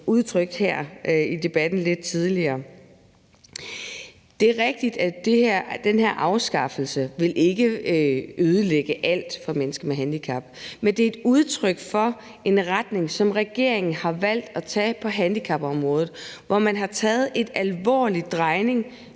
udtrykt her i debatten lidt tidligere. Det er rigtigt, at den her afskaffelse ikke vil ødelægge alt for mennesker med handicap, men det er et udtryk for en retning, som regeringen har valgt at tage på handicapområdet, hvor man har foretaget en alvorlig drejning